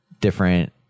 different